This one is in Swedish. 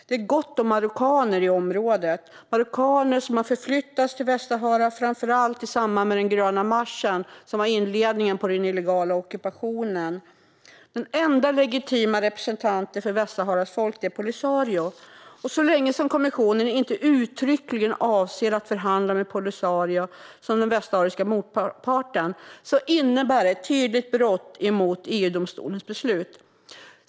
Det är gott om marockaner i området - marockaner som har förflyttats till Västsahara, framför allt i samband med den gröna marschen, som var inledningen på den illegala ockupationen. Den enda legitima representanten för Västsaharas folk är Polisario, och så länge som kommissionen inte uttryckligen avser att förhandla med Polisario som den västsahariska motparten innebär det ett tydligt brott mot EU-domstolens beslut.